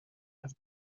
have